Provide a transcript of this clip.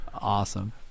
awesome